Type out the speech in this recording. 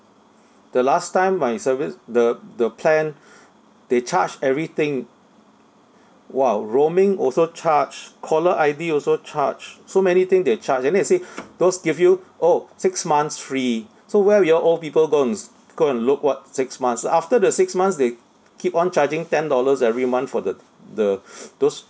the last time my service the the plan they charge everything !wow! roaming also charge caller I_D also charge so many thing they charge and then they say those give you orh six months free so where we all old people go ands go and look what six months so after the six months they keep on charging ten dollars every month for the the those